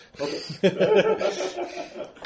Okay